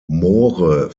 moore